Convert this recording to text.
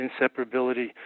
inseparability